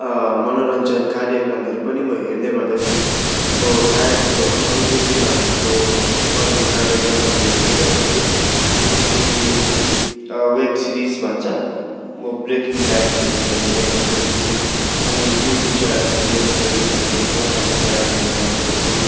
मनोरञ्जन कार्यक्रमहरू पनि म हेर्ने गर्दछु म प्रायः जस्तो अङ्ग्रेजीमा भएको अरू कार्यक्रमहरू हेर्ने गर्दछु जस्तै कि वेब सिरिज भन्छ म ब्रेकिङ ब्याड भन्ने हेर्ने गर्दछु अनि युट्युब च्यानल छ यस थ्योरी भन्ने उहाँको च्यानल हेर्ने गर्दछु